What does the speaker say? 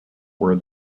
were